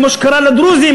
כמו שקרה לדרוזים.